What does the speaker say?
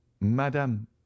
Madame